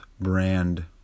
brand